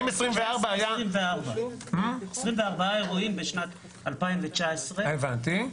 האם 24 היה --- 24 אירועים בשנת 2019. הבנתי.